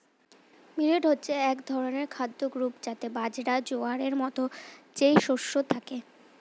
millet হচ্ছে এক ধরনের খাদ্য গ্রূপ যাতে বাজরা, জোয়ারের মতো যেই শস্য থাকে